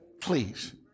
Please